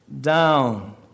down